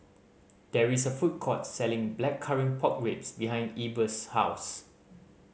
there is a food court selling Blackcurrant Pork Ribs behind Eber's house